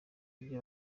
ibyo